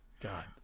God